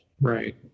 Right